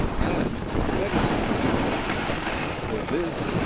and medicine power for this,